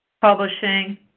Publishing